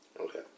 Okay